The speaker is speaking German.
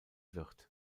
wird